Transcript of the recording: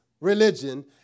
religion